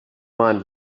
mind